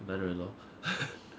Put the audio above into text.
男人 lor